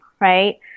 right